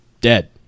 dead